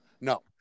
No